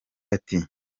ati